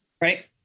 right